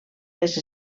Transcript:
les